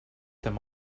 them